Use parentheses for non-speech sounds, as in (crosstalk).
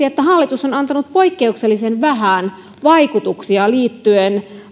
(unintelligible) että hallitus on selvittänyt poikkeuksellisen vähän vaikutuksia liittyen